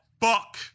fuck